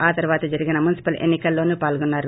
ఆ తర్వాత జరిగిన మున్పిపల్ ఎన్సి కల్లోనూ పాల్గొన్సారు